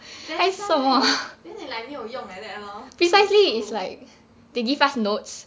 that's why then they like 没有用 like that lor go school